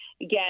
get